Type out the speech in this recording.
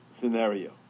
scenario